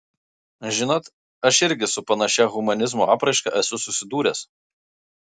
žinot aš irgi su panašia humanizmo apraiška esu susidūręs